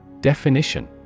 Definition